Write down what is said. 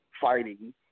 fighting